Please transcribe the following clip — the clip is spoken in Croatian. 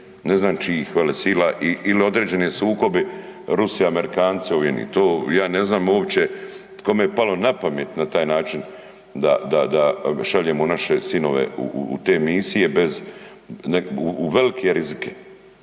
ne znam čijih velesila ili određene sukobe, Rusija, Amerikanci, .../Govornik se ne razumije./... to ja ne znam uopće kome je palo na pamet na taj način da šaljemo naše sinove u te misije, u velike rizike